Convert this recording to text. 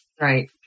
right